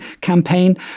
campaign